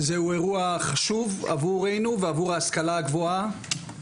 זהו אירוע חשוב עבורנו, ועבור ההשכלה הגבוהה.